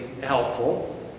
helpful